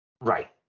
Right